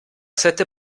sette